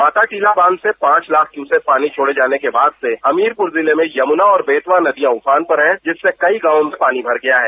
माताटीला बांध से पांच लाख क्यूसेक पानी छोड़े जाने के बाद से हमीरपुर जिले में यमुना और बेतवा नदियां उफान पर हैं जिससे कई गांवों में पानी भर गया है